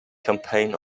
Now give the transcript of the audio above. campaign